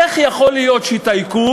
איך יכול להיות שטייקון,